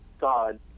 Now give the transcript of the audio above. God